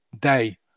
day